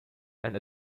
and